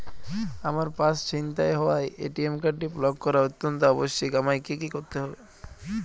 আমার পার্স ছিনতাই হওয়ায় এ.টি.এম কার্ডটি ব্লক করা অত্যন্ত আবশ্যিক আমায় কী কী করতে হবে?